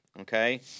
Okay